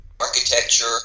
architecture